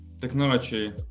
technology